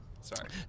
sorry